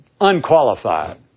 unqualified